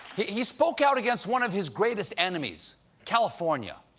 he he spoke out against one of his greatest enemies california.